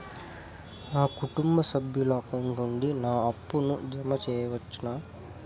నా కుటుంబ సభ్యుల అకౌంట్ నుండి నా అప్పును జామ సెయవచ్చునా?